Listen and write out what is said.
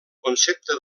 concepte